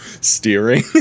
steering